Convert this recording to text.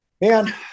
Man